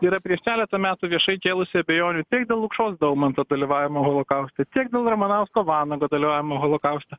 yra prieš keletą metų viešai kėlusi abejonių tiek dėl lukšos daumanto dalyvavimo holokauste tiek dėl ramanausko vanago dalyvavimo holokauste